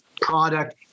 product